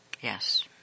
Yes